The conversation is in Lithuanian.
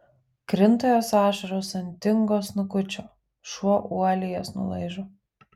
krinta jos ašaros ant tingo snukučio šuo uoliai jas nulaižo